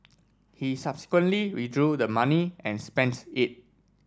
he subsequently withdrew the money and spends it